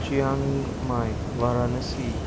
चयंग माय वारानसी